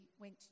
went